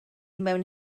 mewn